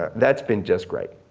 that's been just great.